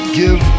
give